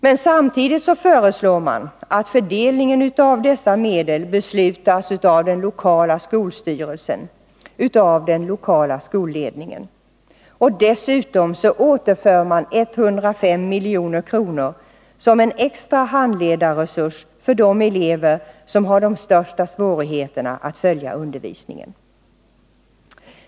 Men samtidigt föreslår man att fördelningen av dessa medel får beslutas av den lokala skolstyrelsen, av den lokala skolledningen. Dessutom återför man 105 milj.kr. som en extra handledarresurs för de elever som har de största svårigheterna att följa undervisningen.